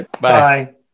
Bye